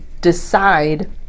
decide